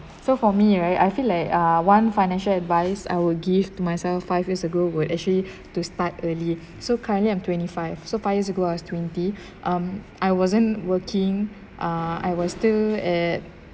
so for me right I feel like ah one financial advice I will give to myself five years ago would actually to start early so currently I'm twenty five so five years ago I was twenty um I wasn't working uh I was still at